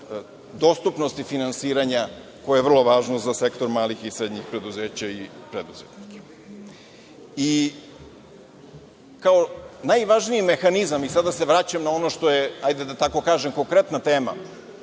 dostupnosti finansiranja, koji je vrlo važan za sektor malih i srednjih preduzeća i preduzetnika. Kao najvažniji mehanizam, sada se vraćam na ono što je, hajde da tako kažem, konkretna tema,